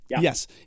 Yes